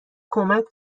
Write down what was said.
کمک